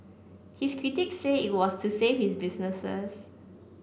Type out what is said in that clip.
his critic say it was to save his businesses